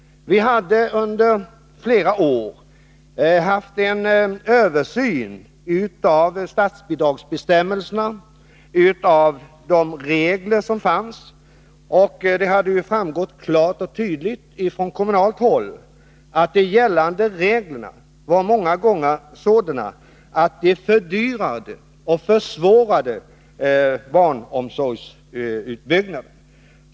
Vi hade under flera år gjort en översyn av statsbidragsbestämmelserna, och det hade framgått klart och tydligt från kommunalt håll att de gällande reglerna många gånger var sådana att de fördyrade och försvårade barnomsorgsutbyggnaden.